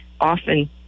often